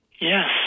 Yes